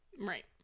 Right